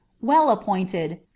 well-appointed